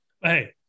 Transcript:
Hey